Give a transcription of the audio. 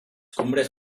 cumbres